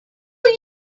will